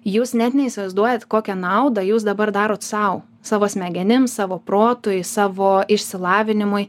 jūs net neįsivaizduojat kokią naudą jūs dabar darot sau savo smegenims savo protui savo išsilavinimui